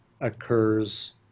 occurs